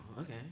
Okay